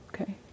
Okay